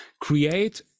create